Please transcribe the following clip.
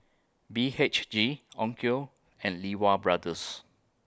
B H G Onkyo and Lee Wa Brothers